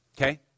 okay